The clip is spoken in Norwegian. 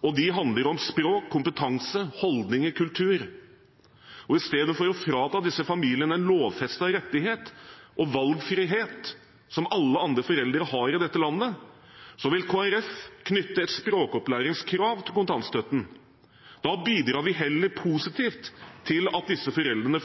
og de handler om språk, kompetanse, holdninger og kultur. I stedet for å frata disse familiene en lovfestet rettighet og valgfrihet som alle andre foreldre har i dette landet, vil Kristelig Folkeparti knytte et språkopplæringskrav til kontantstøtten. Da bidrar vi heller positivt til at disse foreldrene